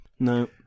No